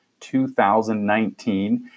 2019